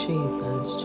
Jesus